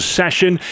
session